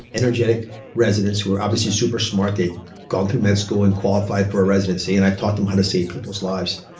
energetic residents who are obviously super smart, they'd gone through med school and qualified for a residency and i taught them how to save people's lives.